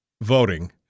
voting